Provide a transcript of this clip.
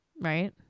Right